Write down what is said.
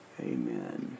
Amen